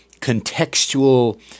contextual